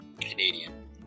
Canadian